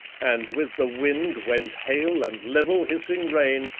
and with the wind went hail and level, hissing rain,